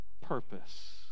purpose